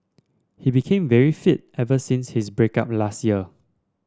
he became very fit ever since his break up last year